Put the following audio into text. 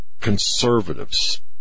conservatives